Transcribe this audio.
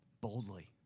boldly